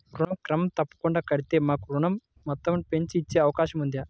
ఋణం క్రమం తప్పకుండా కడితే మాకు ఋణం మొత్తంను పెంచి ఇచ్చే అవకాశం ఉందా?